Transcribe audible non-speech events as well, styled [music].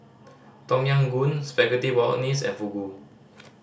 [noise] Tom Yam Goong Spaghetti Bolognese and Fugu [noise]